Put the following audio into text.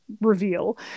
reveal